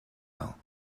hell